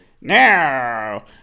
now